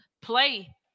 play